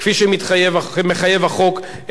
כפי שמחייב החוק,